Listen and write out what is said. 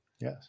Yes